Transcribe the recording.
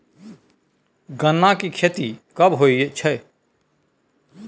गन्ना की खेती कब होय छै?